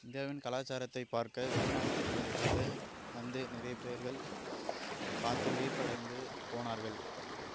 இந்தியாவின் கலாச்சாரத்தை பார்க்க வெளி மாநிலங்களில் இருந்து வந்து நிறைய பேர்கள் பார்த்து வியப்படைந்து போனார்கள்